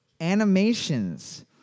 Animations